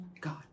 God